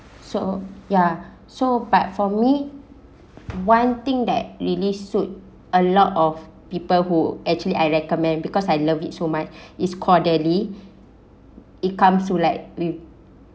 so ya so but for me one thing that really suit a lot of people who actually I recommend because I love it so much is quarterly it comes to like with